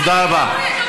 תודה רבה.